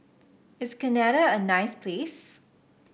is Canada a nice place